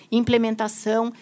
implementação